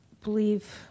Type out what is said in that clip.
believe